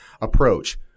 approach